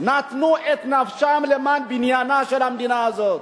נתנו את נפשם למען בניינה של המדינה הזאת.